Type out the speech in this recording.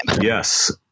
Yes